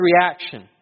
reaction